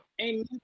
Amen